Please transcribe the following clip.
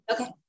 Okay